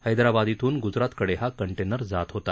हैद्राबाद थून गुजरातकडे हा कंटेनर जात होता